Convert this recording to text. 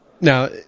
Now